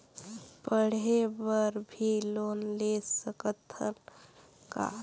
पढ़े बर भी लोन ले सकत हन का?